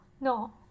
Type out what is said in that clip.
no